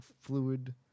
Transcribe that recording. fluid